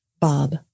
Bob